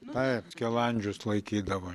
taip skilandžius laikydavo